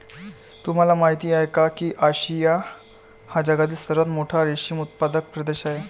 तुम्हाला माहिती आहे का की आशिया हा जगातील सर्वात मोठा रेशीम उत्पादक प्रदेश आहे